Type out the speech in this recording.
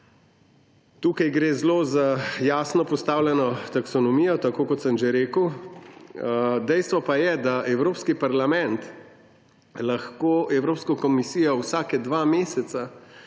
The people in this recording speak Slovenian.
Tukaj gre zelo za jasno postavljeno taksonomijo, tako kot sem že rekel, dejstvo pa je, da Evropski parlament lahko Evropsko komisijo vsake dva meseca